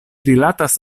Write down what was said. rilatas